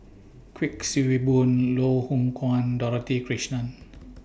Kuik Swee Boon Loh Hoong Kwan Dorothy Krishnan